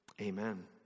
Amen